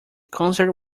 concert